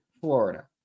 Florida